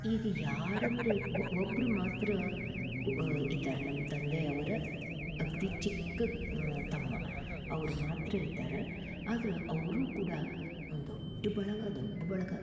ಈಗ ಯಾರು ಅಂದ್ರೆ ಒಬ್ಬರು ಮಾತ್ರ ಇದ್ದಾರೆ ನಮ್ಮ ತಂದೆ ಅವರ ಅತಿ ಚಿಕ್ಕ ತಮ್ಮ ಅವ್ರು ಮಾತ್ರ ಇದ್ದಾರೆ ಆದ್ರೆ ಅವರು ಕೂಡ ದೊಡ್ಡ ಬಳಗ ದೊಡ್ಡ ಬಳಗ